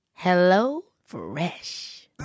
HelloFresh